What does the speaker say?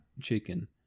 chicken